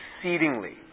exceedingly